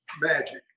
magic